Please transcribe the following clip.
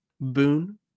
boon